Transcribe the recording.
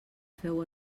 feu